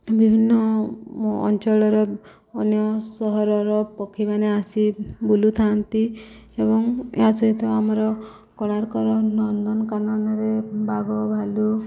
ବିଭିନ୍ନ ଅଞ୍ଚଳର ଅନ୍ୟ ସହରର ପକ୍ଷୀମାନେ ଆସି ବୁଲୁଥାନ୍ତି ଏବଂ ଏହା ସହିତ ଆମର କୋଣାର୍କ ନନ୍ଦନକାନନରେ ବାଘ ଭାଲୁ